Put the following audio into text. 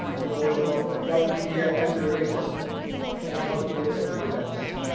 the notion of what would be ah antiracist and and what would be an equity lens.